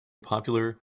popular